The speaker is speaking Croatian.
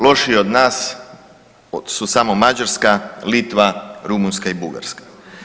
Lošiji od nas su samo Mađarska, Litva, Rumunjska i Bugarska.